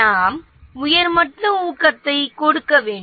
நாம் உயர் மட்ட ஊக்கத்தொகை கொடுக்க வேண்டும்